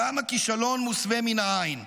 גם הכישלון מוסווה מן העין.